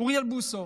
אוריאל בוסו